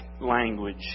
language